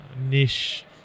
niche